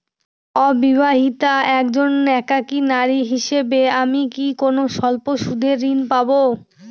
অবিবাহিতা একজন একাকী নারী হিসেবে আমি কি কোনো স্বল্প সুদের ঋণ পাব?